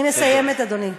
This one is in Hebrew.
אני מסיימת, אדוני.